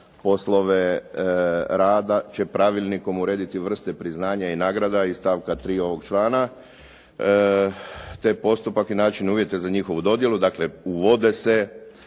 poslove rada će pravilnikom urediti vrste priznanja i nagrada iz stavka 3. ovog članka te postupak i način uvjeta za njihovu dodjelu. Dakle, uvode se